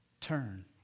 Turn